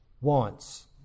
wants